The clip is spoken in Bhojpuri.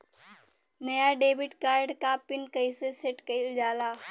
नया डेबिट कार्ड क पिन कईसे सेट कईल जाला?